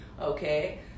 okay